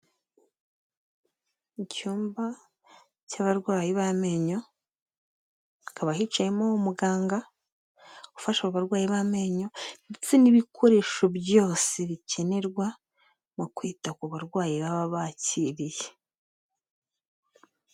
Icyumba cy'abarwayi b'amenyo, hakaba hicayemo umuganga ufasha aba barwayi b'amenyo ndetse n'ibikoresho byose bikenerwa mu kwita ku barwayi baba bakiriye.